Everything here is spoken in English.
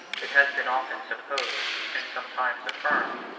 it has been often supposed, and sometimes affirmed,